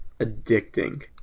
addicting